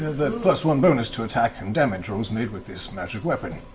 have a one bonus to attack and damage rolls made with this magic weapon.